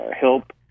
help